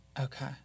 Okay